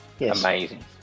amazing